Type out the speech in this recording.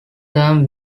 term